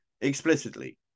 explicitly